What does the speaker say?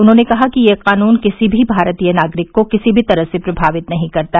उन्होंने कहा कि यह कानून किसी भी भारतीय नागरिक को किसी भी तरह से प्रभावित नहीं करता